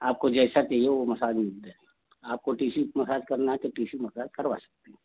आपको जैसा चाहिए वह मसाज मिल जाएगा आपको टीशु मसाज करना है तो टीशु मसाज करवा सकती है